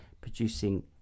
producing